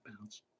bounce